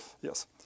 Yes